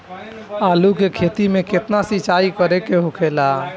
आलू के खेती में केतना सिंचाई करे के होखेला?